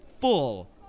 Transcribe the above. full